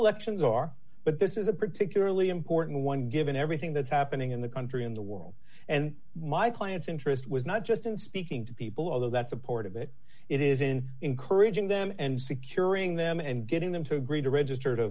elections are but this is a particularly important one given everything that's happening in the country in the world and my client's interest was not just in speaking to people although that's a part of it it is in encouraging them and securing them and getting them to agree to register to